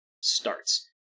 starts